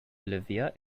olivia